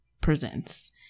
Presents